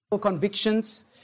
convictions